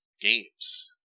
games